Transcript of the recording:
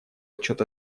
отчет